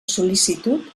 sol·licitud